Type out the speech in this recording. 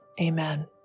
amen